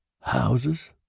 Houses